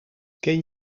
ken